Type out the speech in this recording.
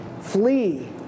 Flee